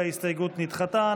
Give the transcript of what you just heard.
ההסתייגות נדחתה.